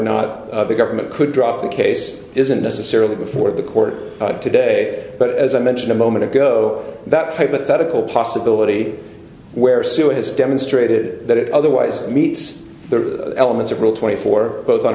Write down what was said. not the government could drop the case isn't necessarily before the court today but as i mentioned a moment ago that hypothetical possibility where sue has demonstrated that it otherwise meets the elements of rule twenty four both o